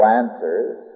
answers